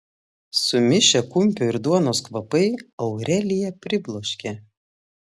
sumišę kumpio ir duonos kvapai aureliją pribloškė